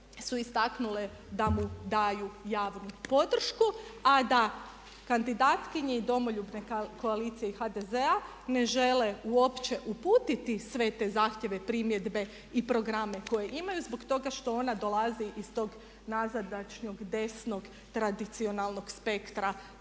su istaknule da mu daju javnu podršku a da kandidatkinji Domoljubne koalicije i HDZ-a ne žele uopće uputiti sve te zahtjeve, primjedbe i programe koje imaju zbog toga što onda dolazi iz tog nazadnog desnog tradicionalnog spektra